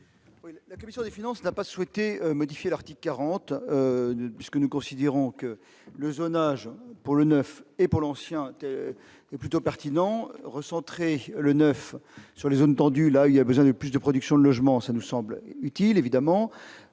La commission des finances n'a pas souhaité modifier l'article 40 puisque nous considérons que le zonage pour le 9 et pour l'ancien, et plutôt pertinent recentrer le 9 sur les zones tendues, là il y a besoin de plus de production de logements, ça nous semble utile évidemment